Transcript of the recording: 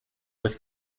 with